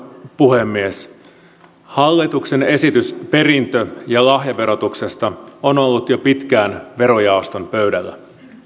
puhemies hallituksen esitys perintö ja lahjaverotuksesta on ollut jo pitkään verojaoston pöydällä